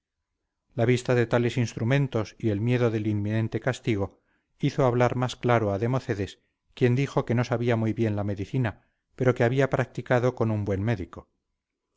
la vista de tales instrumentos y el miedo del inminente castigo hizo hablar más claro a democedes quien dijo que no sabía muy bien la medicina pero que había practicado con un buen médico